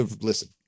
listen